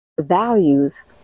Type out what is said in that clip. values